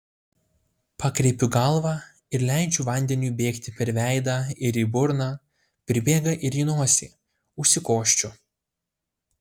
pakreipiu galvą ir leidžiu vandeniui bėgti per veidą ir į burną pribėga ir į nosį užsikosčiu